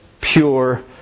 pure